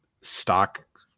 stock